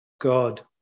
God